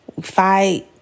fight